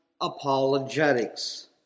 Apologetics